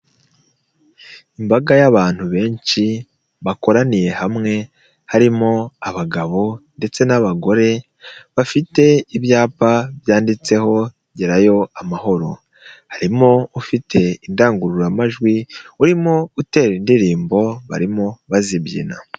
Imbaga y'abantu benshi, bakoraniye hamwe, harimo abagabo ndetse n'abagore bafite ibyapa byanditsehogerayo amahoro, harimo ufite indangururamajwi, urimo gutera indirimbo barimo bazibyina.